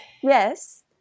Yes